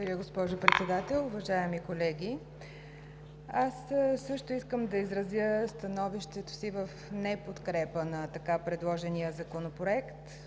Благодаря, госпожо Председател. Уважаеми колеги! Аз също искам да изразя становището си в неподкрепа на така предложения законопроект